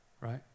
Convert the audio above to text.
right